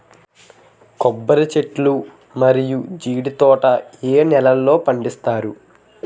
కొబ్బరి చెట్లు మరియు జీడీ తోట ఏ నేలల్లో పండిస్తారు?